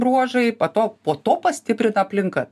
bruožai pa to po to pastiprina aplinka